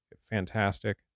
Fantastic